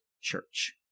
church